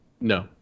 no